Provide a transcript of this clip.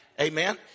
Amen